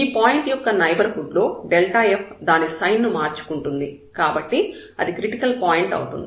ఈ పాయింట్ యొక్క నైబర్హుడ్ లో f దాని సైన్ ను మార్చుకుంటుంది కాబట్టి అది క్రిటికల్ పాయింట్ అవుతుంది